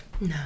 No